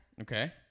Okay